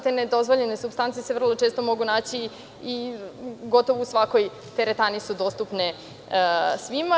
Te nedozvoljene supstance se vrlo često mogu naći gotovo u svakoj teretani i dostupne su svima.